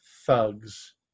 thugs